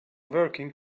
working